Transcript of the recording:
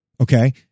Okay